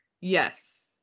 Yes